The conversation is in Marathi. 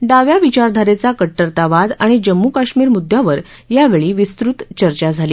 डाव्या विचारधारेचा कट्टरतावाद आणि जम्मू काश्मीर मुद्यावर यावेळी विस्तृत चर्चा झाली